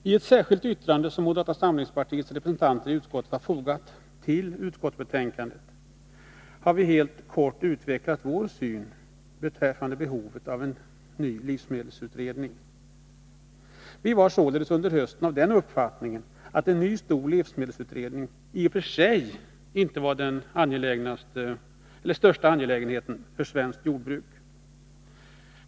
I ett särskilt yttrande som moderata samlingspartiets representanter i utskottet fogat till betänkandet har vi helt kort utvecklat vår syn beträffande behovet av en ny livsmedelsutredning. Vi var således under hösten av den uppfattningen, att en ny stor livsmedelsutredning i och för sig inte var det mest angelägna för svenskt jordbruk.